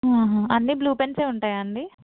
అన్నీ blue pens ఉంటాయా అండి